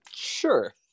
Sure